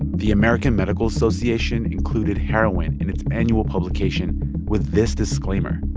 the american medical association included heroin in its annual publication with this disclaimer.